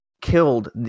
killed